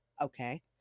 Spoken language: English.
okay